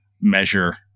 measure